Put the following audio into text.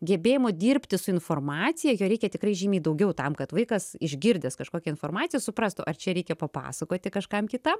gebėjimo dirbti su informacija jo reikia tikrai žymiai daugiau tam kad vaikas išgirdęs kažkokią informaciją suprastų ar čia reikia papasakoti kažkam kitam